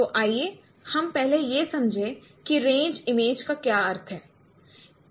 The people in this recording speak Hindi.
तो आइए हम पहले यह समझें कि रेंज इमेज का क्या अर्थ है